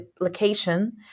location